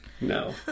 No